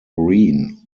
green